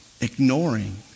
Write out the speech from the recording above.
ignoring